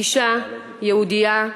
אישה, יהודייה,